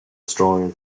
strong